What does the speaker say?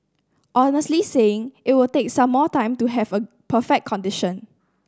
honestly saying it will take some more time to have a perfect condition